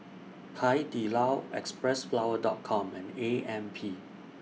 Hai Di Lao Xpressflower Dot Com and A M P